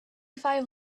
five